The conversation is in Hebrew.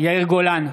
יאיר גולן,